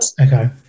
Okay